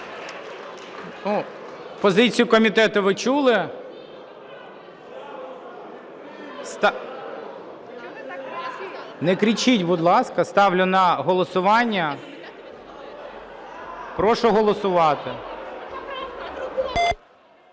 Позицію комітету ви чули. Не кричіть, будь ласка. Ставлю на голосування. Прошу голосувати.